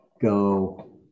go